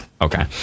Okay